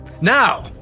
Now